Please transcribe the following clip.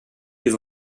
les